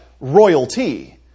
royalty